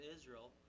Israel